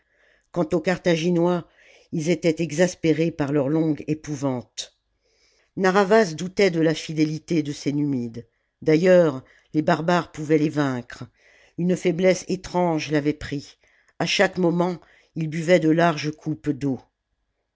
quant aux carthaginois ils étaient exaspérés par leur longue épouvante narr'havas doutait de la fidélité de ses numides d'ailleurs les barbares pouvaient les vaincre une faiblesse étrange l'avait pris à chaque moment il buvait de larges coupes d'eau